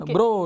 Bro